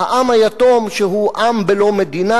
העם היתום שהוא עם בלא מדינה.